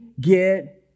get